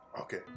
Okay